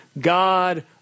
God